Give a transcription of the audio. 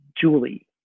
Julie